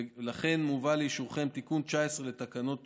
ולכן מובא לאישורכם תיקון 19 לתקנות תעופה.